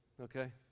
okay